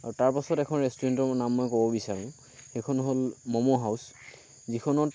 আৰু তাৰ পাছত এখন ৰেষ্টুৰেণ্টৰ নাম মই ক'ব বিচাৰোঁ সেইখন হ'ল ম'ম' হাউচ যিখনত